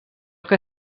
què